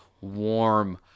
warm